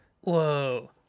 Whoa